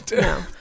no